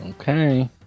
Okay